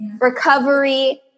recovery